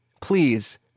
please